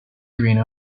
arena